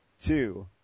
two